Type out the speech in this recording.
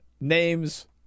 names